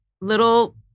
little